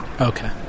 Okay